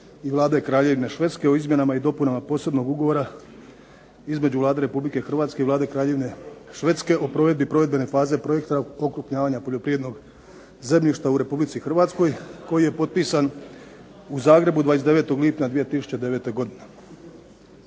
i Vlade Kraljevine Švedske o izmjenama i dopunama Posebnog ugovora između Vlade Republike Hrvatske i Vlade Kraljevine Švedske o provedbi provedbene faze projekta "Okrupnjavanje poljoprivrednog zemljišta u Hrvatskoj" koji je potpisan 29. lipnja 2009. godine.